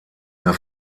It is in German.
der